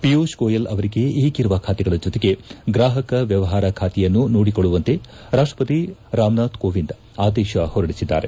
ಪಿಯೂಷ್ ಗೋಯಲ್ ಅವರಿಗೆ ಈಗಿರುವ ಖಾತೆಗಳ ಜೊತೆಗೆ ಗ್ರಾಪಕ ವ್ಯವಪಾರ ಖಾತೆಯನ್ನೂ ನೋಡಿಕೊಳ್ಳುವಂತೆ ರಾಷ್ಟಪತಿ ರಾಮನಾಥ್ ಕೋವಿಂದ್ ಆದೇಶ ಹೊರಡಿಸಿದ್ದಾರೆ